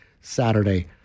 Saturday